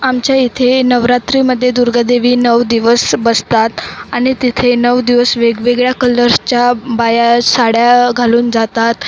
आमच्या इथे नवरात्रीमध्ये दुर्गादेवी नऊ दिवस बसतात आणि तिथे नऊ दिवस वेगवेगळ्या कलर्सच्या बाया साड्या घालून जातात